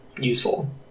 useful